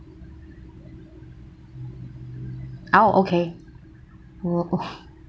oh okay oh oh